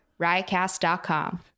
riotcast.com